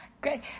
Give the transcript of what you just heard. Great